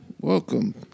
Welcome